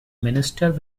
minister